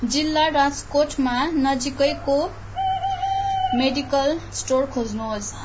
जिल्ला राजकोटमा नजिकैको मेडिकल स्टोर खोज्नुहोस्